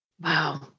Wow